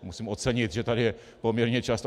Musím ocenit, že tady je poměrně často.